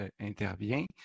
intervient